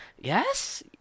yes